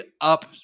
up